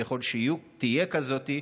ככל שתהיה כזאת,